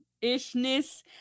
ishness